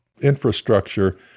Infrastructure